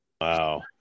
Wow